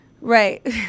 right